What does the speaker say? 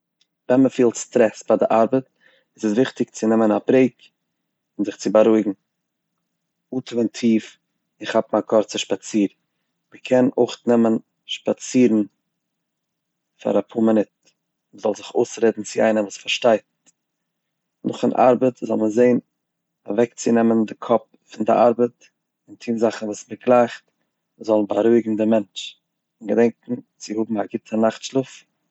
ווען מ'פילט סטרעס ביי די ארבעט איז וויכטיג צו נעמען א ברעיק און זיך צו בארואיגן, אטעמען טיף און כאפן א קורצע שפאציר, מ'קען אויך נעמען שפאצירן פאר א פאר מינוט, מ'זאל זיך אויסרעדן צו איינער וואס פארשטייט, נאכן ארבעט זאל מען זען אוועקצונעמען די קאפ פון די ארבעט און טון זאכן וואס מ'גלייכט וואס זאלן בארואיגן דעם מענטש, און געדענקן צו האבן א רואיגע נאכט שלאף.